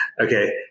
Okay